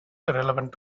relevant